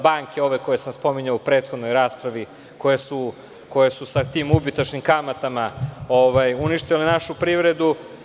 Banke, koje sam spominjao u prethodnoj raspravi, su sa tim ubitačnim kamatama uništile našu privredu.